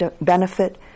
benefit